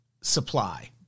supply